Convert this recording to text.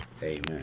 Amen